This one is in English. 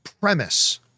premise